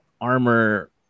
armor